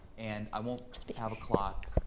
and i won't have a clock.